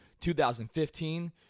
2015